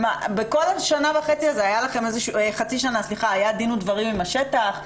בכל החצי השנה הזאת היה לכם דין ודברים עם השטח?